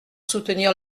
soutenir